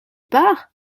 pars